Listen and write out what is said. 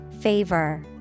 Favor